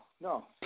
no